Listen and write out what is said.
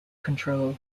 control